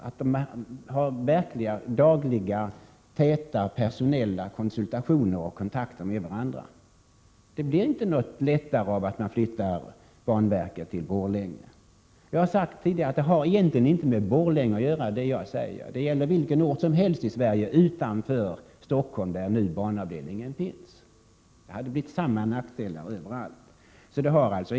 Då behöver man ha dagliga och täta personella konsultationer och kontakter Prot. 1987/88:123 med varandra. Men det blir inte lättare om man flyttar banverket till 19 maj 1988 Borlänge. Jag har sagt tidigare att det jag säger egentligen inte har med Borlänge att göra, utan det gäller vilken ort som helst i Sverige utanför Stockholm, där banavdelningen finns nu, eftersom det hade blivit samma nackdelar i samtliga fall.